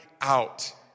out